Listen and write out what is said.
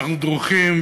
ואנחנו דרוכים,